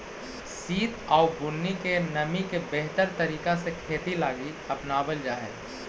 सित आउ बुन्नी के नमी के बेहतर तरीका से खेती लागी अपनाबल जा हई